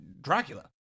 dracula